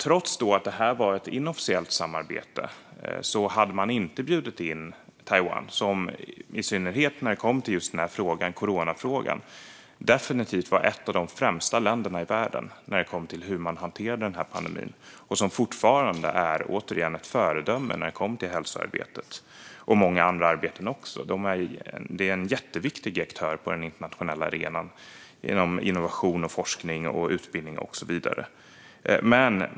Trots att detta var ett inofficiellt samarbete bjöd man inte in Taiwan, som i synnerhet när det gäller coronafrågan definitivt var ett av de främsta länderna i världen i fråga om att hantera pandemin och som fortfarande är ett föredöme när det gäller hälsoarbetet och många andra sorters arbete. Taiwan är en jätteviktig aktör på den internationella arenan inom innovation, forskning, utbildning och så vidare.